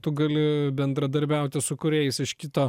tu gali bendradarbiauti su kūrėjais iš kito